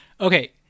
Okay